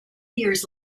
years